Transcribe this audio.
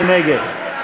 מי נגד?